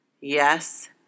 Yes